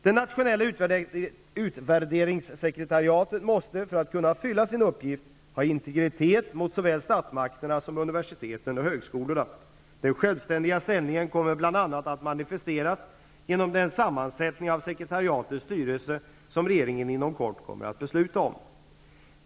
Det nationella utvärderingssekretariatet måste för att kunna fylla sin uppgift ha integritet mot såväl statsmakterna som universiteten och högskolorna. Den självständiga ställningen kommer bl.a. att manifesteras genom den sammansättning av sekreteriatets styrelse som regeringen inom kort kommer att besluta om.